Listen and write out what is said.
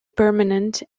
permanent